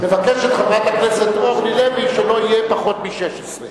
מבקשת חברת הכנסת אורלי לוי שלא יהיה פחות מ-16.